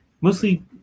Mostly